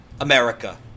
America